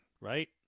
right